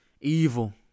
Evil